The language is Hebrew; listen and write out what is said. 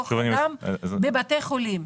כוח אדם בבתי חולים.